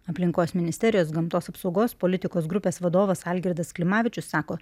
aplinkos ministerijos gamtos apsaugos politikos grupės vadovas algirdas klimavičius sako